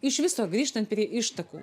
iš viso grįžtant prie ištakų